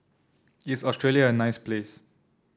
is Australia a nice place